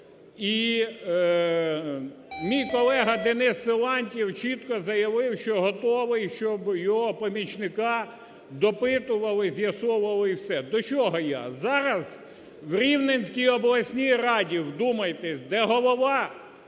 І мій колега Денис Силантьєв чітко заявив, що готовий щоб його помічника допитували, з'ясовували і все. До чого я? зараз в Рівненській обласній раді, вдумайтесь, де голова